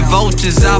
vultures